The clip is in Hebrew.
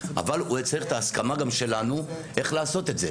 אבל הוא צריך את ההסכמה גם שלנו איך לעשות את זה.